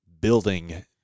building